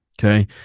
Okay